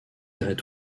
red